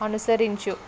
అనుసరించు